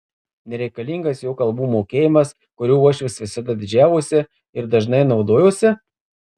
nereikalingas jo kalbų mokėjimas kuriuo uošvis visada didžiavosi ir dažnai naudojosi